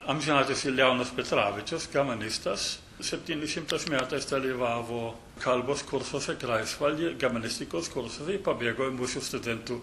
amžinatilsį leonas petravičius germanistas septyni šimtais metais dalyvavo kalbos kursuose greifsvalde germanistikos kursuose ir pabėgo į mūsų studentų